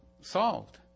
solved